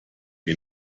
ihn